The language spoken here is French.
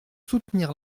soutenir